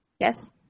Yes